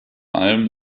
allem